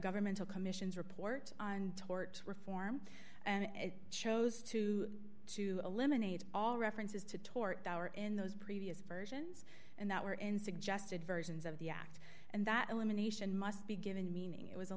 governmental commission's report on tort reform and chose to to eliminate all references to tort power in those previous versions and that were in suggested versions of the act and that elimination must be given meaning it was